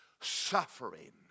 suffering